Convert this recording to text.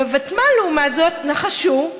בוותמ"ל, לעומת זאת, נחשו,